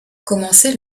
commencée